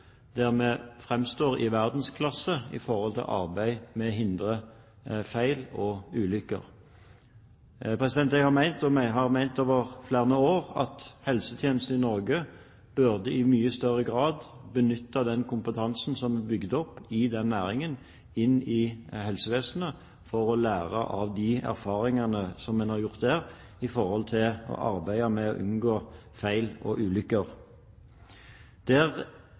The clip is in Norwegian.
der vi framstår i verdensklasse i forhold til arbeidet med å hindre feil og ulykker. Jeg har ment, og har ment i flere år, at helsetjenesten i Norge i mye større grad burde benyttet den kompetansen som er bygd opp i den næringen, i helsevesenet for å lære av de erfaringene som en har gjort der i forhold til arbeidet med å unngå feil og ulykker.